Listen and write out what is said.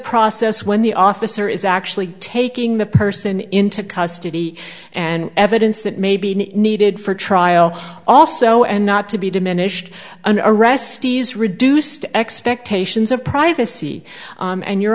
process when the officer is actually taking the person into custody and evidence that may be needed for trial also and not to be diminished arrestees reduced expectations of privacy and you